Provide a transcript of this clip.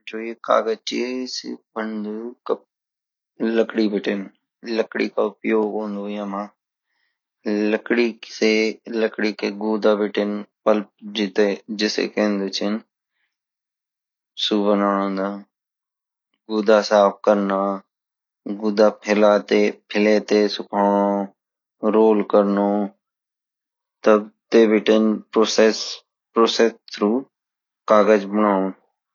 जो ये कागज ची ये बंदु लकड़ी बिटिन लकड़ी का उपयोग होन्दु येमा लकड़ी कई गुदा बीतीं पल्प जिसे खेड़ा छीन सु बणोंदा गुदा साफ करना गुदा ते फैलाते सुखोनु रोल करणु तब ते बीटिन प्रोसेस थ्रू कागज बनोनु